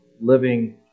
living